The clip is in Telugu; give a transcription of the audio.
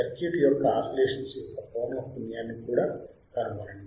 సర్క్యూట్ యొక్క ఆసిలేషన్స్ యొక్క పౌనఃపున్యాన్ని కూడా కనుగొనండి